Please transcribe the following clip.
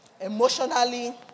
emotionally